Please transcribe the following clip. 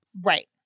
Right